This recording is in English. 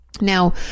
Now